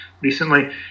recently